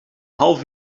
half